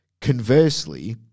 Conversely